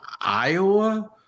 Iowa